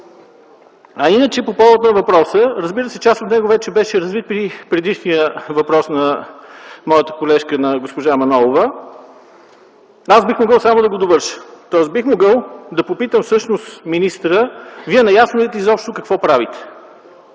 А иначе по повод на въпроса, разбира се, част от него вече беше развит при предишния въпрос на моята колежка госпожа Мая Манолова, аз бих могъл само да го довърша. Тоест бих могъл да попитам всъщност министъра: Вие наясно ли сте изобщо какво правите?